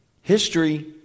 History